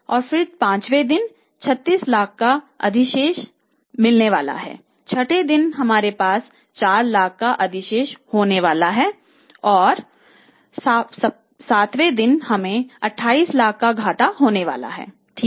फिर पांचवें दिन हमें 36 लाख का अधिशेष मिलने वाला है छठे दिन हमारे पास 4 लाख का अधिशेष होने वाला है और फिर सातवें दिन हमें 28 लाख का घाटा होने वाला है ठीक है